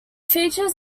features